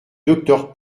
docteur